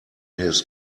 his